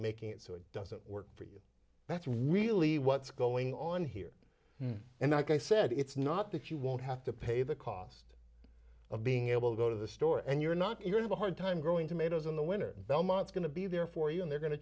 making it so it doesn't work for you that's really what's going on here and i said it's not that you won't have to pay the cost of being able to go to the store and you're not you have a hard time growing tomatoes in the winter belmont's going to be there for you and they're go